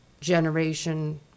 Generation